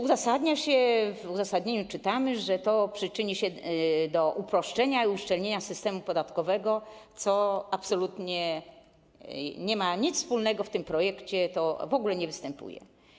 Uzasadnia się również, w uzasadnieniu czytamy, że to przyczyni się do uproszczenia i uszczelnienia systemu podatkowego, co absolutnie nie ma z tym nic wspólnego i w tym projekcie to w ogóle nie występuje.